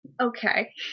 okay